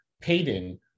Payton